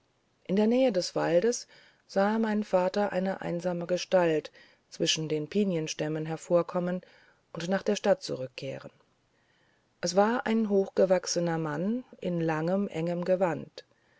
in der nähe des waldes sah mein vater eine einsame gestalt zwischen den pinienstämmen hervorkommen und nach der stadt zurückkehren es war ein hochgewachsener mann in langem engem gewand